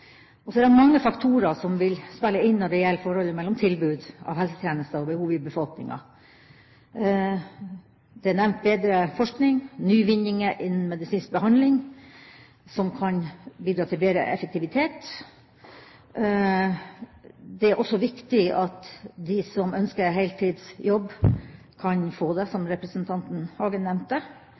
Det er mange faktorer som vil spille inn i forholdet mellom tilbud av helsetjenester og behov i befolkninga. Det er nevnt bedre forskning og nyvinninger innen medisinsk behandling som kan bidra til bedre effektivitet. Det er også viktig at de som ønsker heltidsjobb, kan få det, som representanten Hagen nevnte.